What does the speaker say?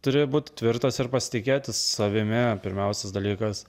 turi būt tvirtas ir pasitikėti savimi pirmiausias dalykas